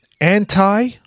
anti